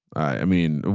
i mean ah